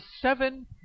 seven